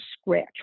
scratch